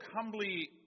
humbly